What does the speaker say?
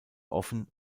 offen